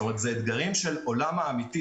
אלה אתגרים של העולם האמיתי.